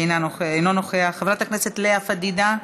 אינו נוכח, חברת הכנסת לאה פדידה,